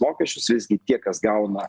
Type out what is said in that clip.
mokesčius visgi tie kas gauna